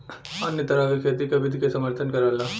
अन्य तरह क खेती क विधि के समर्थन करला